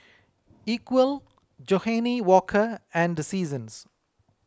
Equal Johnnie Walker and Seasons